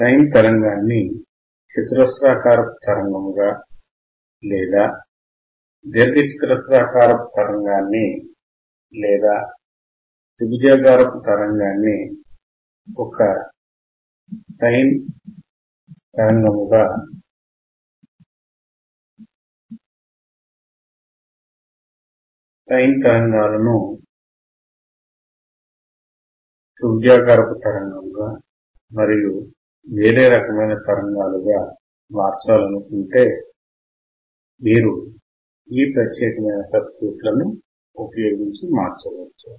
sign తరంగము ను చతురస్రాకారపు తరంగము గా లేదా దీర్ఘచతురస్రాకారపు తరంగాన్ని లేదా త్రిభుజాకారపు తరంగాన్ని ఒక సైన్ తరంగముగా సైన్ తరంగాలను త్రిభుజాకారపు తరంగముగా మరియు వేరే రకమైన తరంగాలుగా మార్చాలనుకుంటే మీరు ఈ ప్రత్యేక సర్క్యూట్లలను ఉపయోగించి మార్చవచ్చు